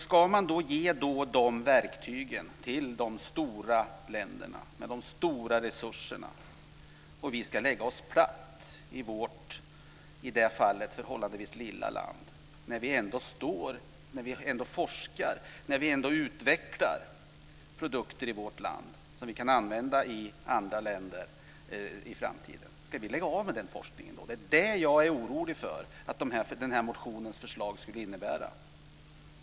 Ska då dessa verktyg ges till de stora länderna med de stora resurserna, och ska vi och vårt förhållandevis lilla land lägga oss platt? Vi forskar och utvecklar produkter i vårt land som kan användas i andra länder i framtiden. Ska vi lägga av med den forskningen? Jag är orolig att förslagen i motionen skulle innebära detta.